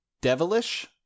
Devilish